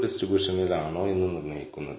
β̂1 ഡാറ്റയിൽ നിന്ന് കണക്കാക്കാം